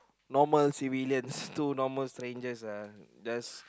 normal civilians two normal strangers uh just